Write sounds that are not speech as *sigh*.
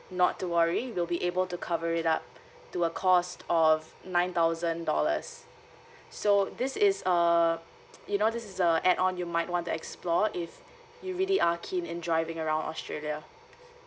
not to worry we'll be able to cover it up to a cost of nine thousand dollars so this is err *noise* you know this is a add on you might want to explore if you really are keen in driving around australia